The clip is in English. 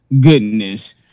Goodness